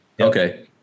Okay